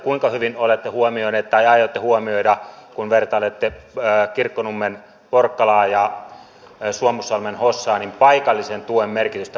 kuinka hyvin olette huomioinut tai aiotte huomioida kun vertailette kirkkonummen porkkalaa ja suomussalmen hossaa paikallisen tuen merkitystä